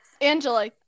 Angela